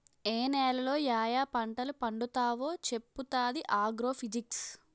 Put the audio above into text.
ఏ నేలలో యాయా పంటలు పండుతావో చెప్పుతాది ఆగ్రో ఫిజిక్స్